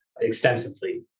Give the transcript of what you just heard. extensively